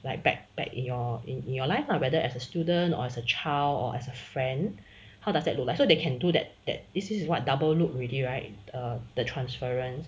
like back pack in your in your life whether as a student or as a child or as a friend how does that look like so they can do that that is is what double look already right err the transference